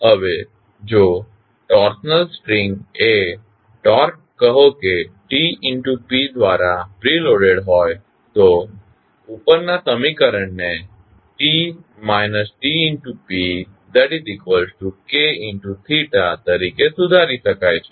હવે જો torsional spring એ ટોર્ક કહો કે TPદ્રારા પ્રિલોડેડ હોય તો ઉપરના સમીકરણને Tt TPKθt તરીકે સુધારી શકાય છે